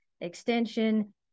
Extension